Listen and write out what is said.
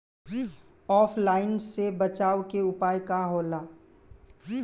ऑफलाइनसे बचाव के उपाय का होला?